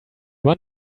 want